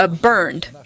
burned